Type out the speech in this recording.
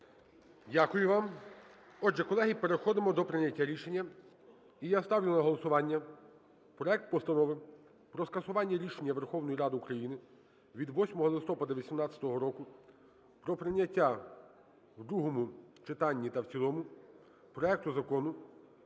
Дякую вам. Отже, колеги, переходимо до прийняття рішення. І я ставлю на голосування проект Постанови про скасування рішення Верховної Ради України від 8 листопада 18-го року про прийняття в другому читанні та в цілому проекту Закону